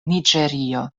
niĝerio